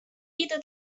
idę